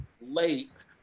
late